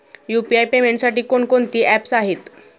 UPI पेमेंटसाठी कोणकोणती apps आहेत?